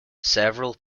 several